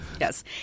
Yes